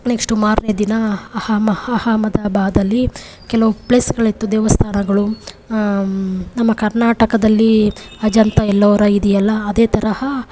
next ಮಾರನೇ ದಿನ ಅಹಮ ಅಹಮದಬಾದಲ್ಲಿ ಕೆಲವು ಪ್ಲೇಸ್ಗಳಿತ್ತು ದೇವಸ್ಥಾನಗಳು ನಮ್ಮ ಕರ್ನಾಟಕದಲ್ಲಿ ಅಜಂತಾ ಎಲ್ಲೋರಾ ಇದೆಯಲ್ಲ ಅದೇ ತರಹ